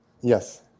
Yes